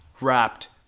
wrapped